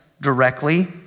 directly